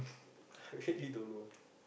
really don't know